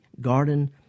garden